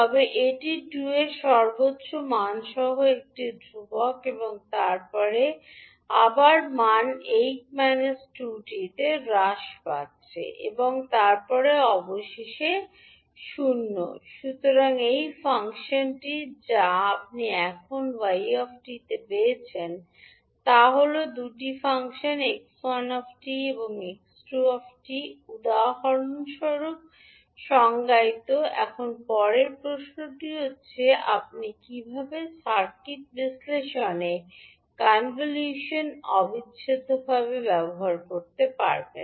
তবে এটি 2 এর সর্বোচ্চ মান সহ একটি ধ্রুবক এবং তারপরে আবার মান 8 2𝑡 এর সাথে হ্রাস পাচ্ছে এবং তারপরে অবশেষে ০ সুতরাং এই ফাংশনটি যা আপনি এখন 𝑦 𝑡 পেয়েছেন তা হল দুটি ফাংশন x1 এবং 𝑥2 উদাহরণস্বরূপ সংজ্ঞায়িত এখন পরের প্রশ্নটি হবে আপনি কীভাবে সার্কিট বিশ্লেষণে কনভলিউশন অবিচ্ছেদ্য ব্যবহার করবেন